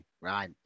right